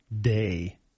Day